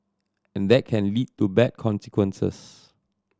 and that can lead to bad consequences